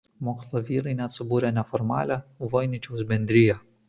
mokslo vyrai net subūrė neformalią voiničiaus bendriją